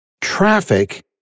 Traffic